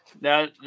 Now